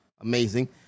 amazing